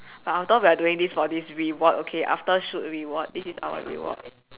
but I thought we're doing this for this reward okay after should reward this is our reward